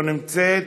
לא נמצאת.